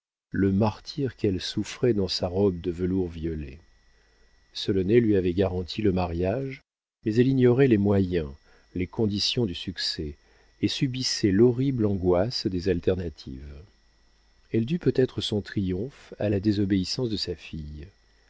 le martyre qu'elle souffrait dans sa robe de velours violet solonet lui avait garanti le mariage mais elle ignorait les moyens les conditions du succès et subissait l'horrible angoisse des alternatives elle dut peut-être son triomphe à la désobéissance de sa fille